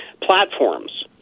platforms